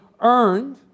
earned